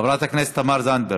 חברת הכנסת תמר זנדברג.